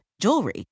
jewelry